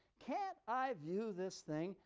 can't i view this thing,